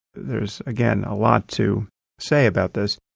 there's, again, a lot to say about this.